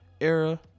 Era